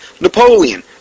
Napoleon